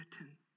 written